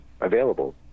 available